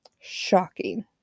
Shocking